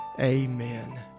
Amen